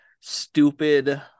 stupid